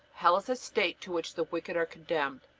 hell is a state to which the wicked are condemned,